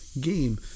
game